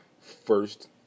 first